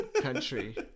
country